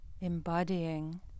embodying